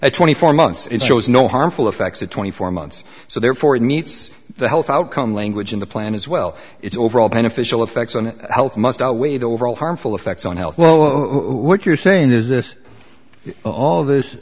at twenty four months it shows no harmful effects of twenty four months so therefore it meets the health outcome language in the plan as well its overall beneficial effects on health must always overall harmful effects on health well what you're saying is this all th